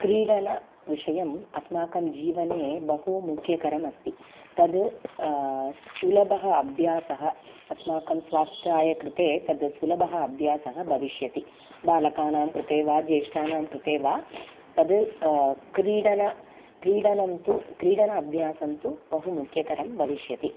क्रीडनविषयः अस्माकं जीवने बहु मुख्यकरः अस्ति तद् सुलभः अभ्यासः अस्माकं स्वास्थ्याय कृते तद् सुलभः अभ्यासः भविष्यति बालकानां कृते वा ज्येष्ठानां कृते वा तद् क्रीडनं क्रीडनं तु क्रीडन अभ्यासः तु बहु मुख्यकरः भविष्यति